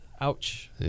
ouch